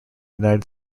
united